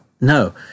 no